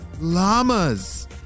llamas